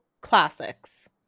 classics